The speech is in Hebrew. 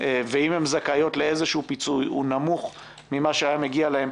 ואם הן זכאיות לאיזה שהוא פיצוי הוא נמוך ממה שהיה מגיע להם.